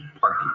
Party